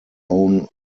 own